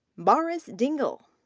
baris dingil,